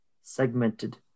segmented